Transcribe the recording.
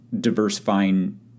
diversifying